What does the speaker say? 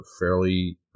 fairly